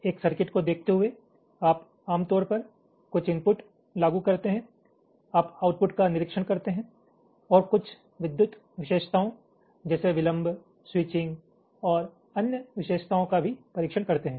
एक सर्किट को देखते हुए आप आमतौर पर कुछ इनपुट्स लागू करते हैं आप आउटपुट का निरीक्षण करते हैं और कुछ विद्युत विशेषताओं जैसे विलंब स्विचिंग और अन्य विशेषताओं का भी परीक्षण करते हैं